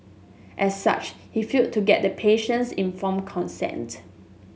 as such he failed to get the patient's informed consent